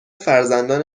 فرزندان